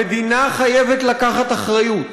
המדינה חייבת לקחת אחריות,